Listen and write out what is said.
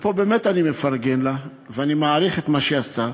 ופה באמת אני מפרגן לה ואני מעריך את מה שהיא עשתה,